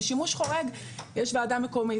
בשימוש חורג יש ועדה מקומית,